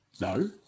no